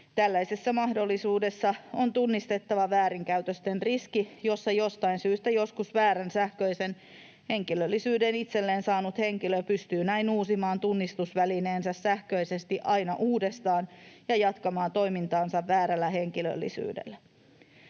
Tällaisessa mahdollisuudessa on tunnistettava väärinkäytösten riski, että jostain syystä joskus väärän sähköisen henkilöllisyyden itselleen saanut henkilö pystyy näin uusimaan tunnistusvälineensä sähköisesti aina uudestaan ja jatkamaan toimintaansa väärällä henkilöllisyydellä.